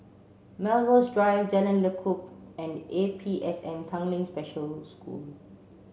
Melrose Drive Jalan Lekub and A P S N Tanglin Special School